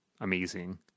amazing